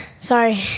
sorry